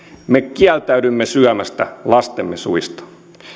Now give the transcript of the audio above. me kieltäydymme syömästä lastemme suista